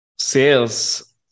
Sales